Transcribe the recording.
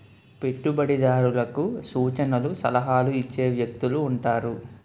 పెట్టుబడిదారులకు సూచనలు సలహాలు ఇచ్చే వ్యక్తులు ఉంటారు